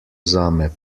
zame